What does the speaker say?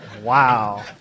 Wow